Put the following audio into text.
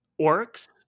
orcs